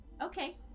Okay